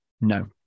No